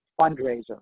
fundraiser